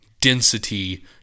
density